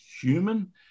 human